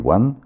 One